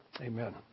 Amen